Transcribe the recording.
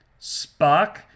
Spock